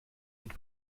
het